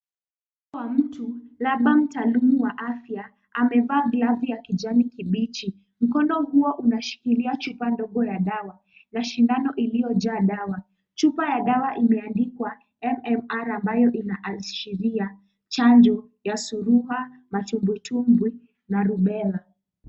Mtu, labda mtaalumu wa afya, amevaa glavu ya kijani kibichi. Mkono huo unashikilia chupa ndogo ya dawa na shindano iliyojaa dawa. Chupa ya dawa imeandikwa M-M-R ambayo inaashiria chanjo ya surua, matumbwitumbwi na rubella.